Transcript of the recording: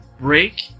break